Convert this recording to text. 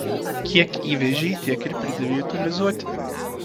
kiek įvežei tiek ir pridavei utilizuoti